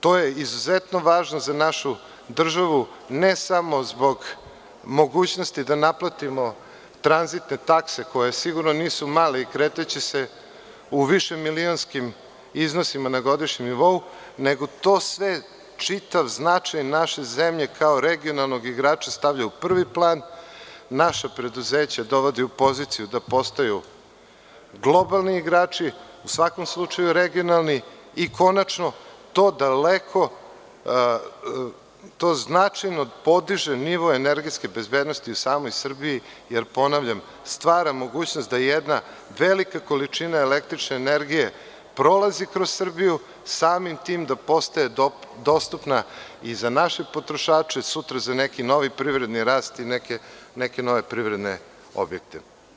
To je izuzetno važno za našu državu ne samo zbog mogućnosti da naplatimo tranzite, takse koje sigurno nisu mali i kretaće se u više milionskim iznosima na godišnjem nivou nego to sve čitav značaj naše zemlje kao regionalnog igrača stavlja u prvi plan, naša preduzeća dovodi u poziciju da postaju globalni igrači, u svakom slučaju, regionalni i konačno, to daleko, to značajno podiže nivo energetske bezbednosti u samoj Srbiji, jer ponavljam, stvara mogućnost da jedna velika količina električne energije prolazi kroz Srbiju, samim tim da postaje dostupna i za naše potrošače, sutra za neki novi privredni rast i neke nove privredne objekte.